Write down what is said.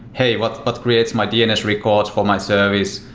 hey, what but creates my dns records for my service?